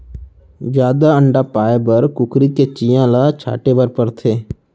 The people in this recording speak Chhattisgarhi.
जादा अंडा पाए बर कुकरी के चियां ल छांटे बर परथे